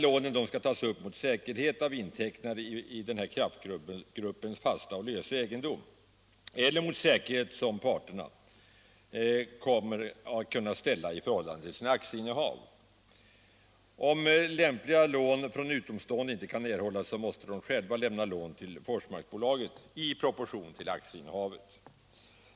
Lånen skall tas upp mot säkerhet av inteckningar i Forsmarks Kraftgrupp AB:s fasta och lösa egendom eller mot säkerhet som parterna kan ställa i förhållande till sina aktieinnehav. Om lämpliga lån från utomstående inte kan erhållas måste parterna lämna lån till Forsmarksbolaget i proportion till aktieinnehavet.